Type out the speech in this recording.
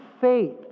faith